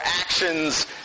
actions